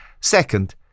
Second